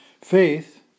Faith